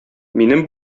минем